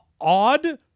odd